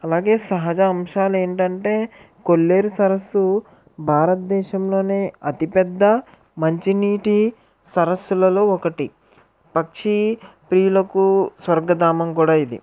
అలాగే సహజ అంశాలు ఏంటంటే కొల్లేరు సరస్సు భారతదేశంలోనే అతి పెద్ద మంచి నీటి సరస్సులలో ఒకటి పక్షి ప్రియులకు స్వర్గధామం కూడా ఇది